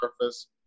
surface